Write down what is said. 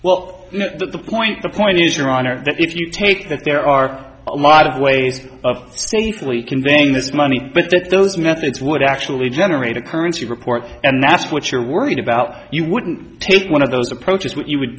know the point the point is your honor that if you take that there are a lot of ways of safely conveying this money but that those methods would actually generate a currency report and that's what you're worried about you wouldn't take one of those approaches what you would